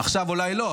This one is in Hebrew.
עכשיו אולי לא,